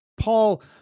Paul